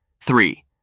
Three